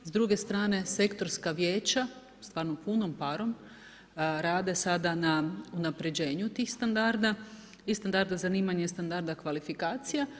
S druge strane sektorska vijeća stvarno punom parom rade sada na unapređenju tih standarda i standarda zanimanja i standarda kvalifikacija.